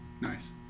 nice